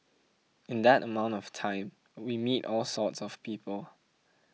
in that amount of time we meet all sorts of people